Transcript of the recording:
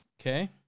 Okay